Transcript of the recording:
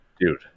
Dude